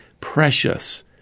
precious